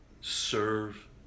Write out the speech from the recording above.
serve